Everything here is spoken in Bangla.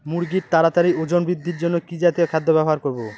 মুরগীর তাড়াতাড়ি ওজন বৃদ্ধির জন্য কি জাতীয় খাদ্য ব্যবহার করব?